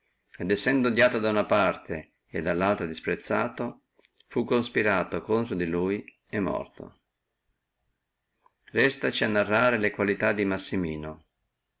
essendo odiato dalluna parte e disprezzato dallaltra fu conspirato in lui e morto restaci a narrare le qualità di massimino